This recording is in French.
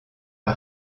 par